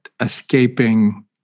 escaping